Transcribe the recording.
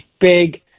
big